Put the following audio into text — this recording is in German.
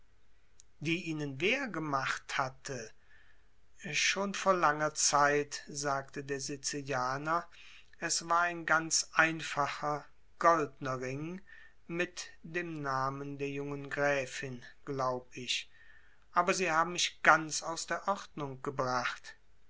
die ihnen wer gemacht hatte schon vor langer zeit sagte der sizilianer es war ein ganz einfacher goldner ring mit dem namen der jungen gräfin glaub ich aber sie haben mich ganz aus der ordnung gebracht